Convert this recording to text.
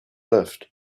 left